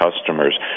customers